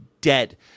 dead